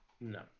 No